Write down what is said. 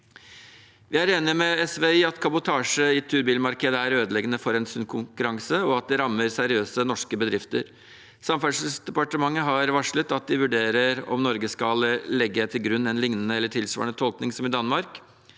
Jeg er enig med SV i at kabotasje i turbilmarkedet er ødeleggende for en sunn konkurranse og at det rammer seriøse norske bedrifter. Samferdselsdepartementet har varslet at de vurderer om Norge skal legge til grunn en lignende eller tilsvarende tolkning som i Danmark.